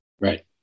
Right